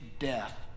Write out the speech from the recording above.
death